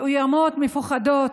מאוימות, מפוחדות,